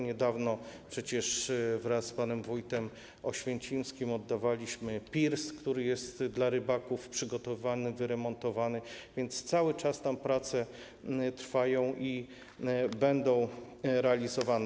Niedawno przecież wraz z panem wójtem Oświęcimskim oddawaliśmy pirs, który jest dla rybaków przygotowany, wyremontowany, więc cały czas tam prace trwają i będą realizowane.